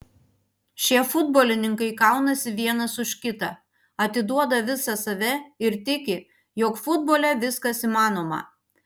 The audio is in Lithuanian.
šie futbolininkai kaunasi vienas už kitą atiduoda visą save ir tiki jog futbole viskas įmanoma